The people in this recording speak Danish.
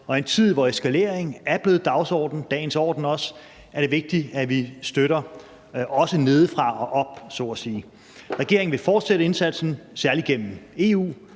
og i en tid, hvor eskalering også er blevet dagens orden, er det vigtigt, at vi også støtter nedefra og op, så at sige. Regeringen vil fortsætte indsatsen, særlig gennem EU